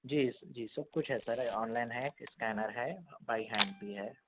جی جی سر سب کچھ ہے سر آن لائن ہے اسکینر ہے بائی ہینڈ بھی ہے